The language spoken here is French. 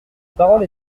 parole